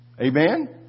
Amen